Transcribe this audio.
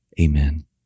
Amen